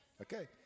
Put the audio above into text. Okay